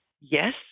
Yes